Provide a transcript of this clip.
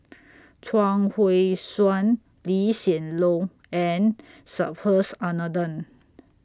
Chuang Hui Tsuan Lee Hsien Loong and Subhas Anandan